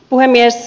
puhemies